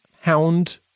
hound